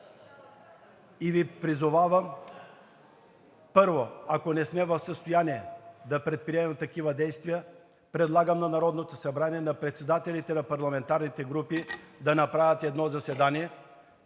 заседание.“ И ако не сме в състояние да предприемем такива действия, предлагам на Народното събрание, на председателите на парламентарните групи да направят едно заседание,